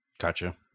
Gotcha